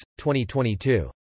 2022